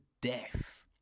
death